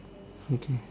okay